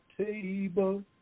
table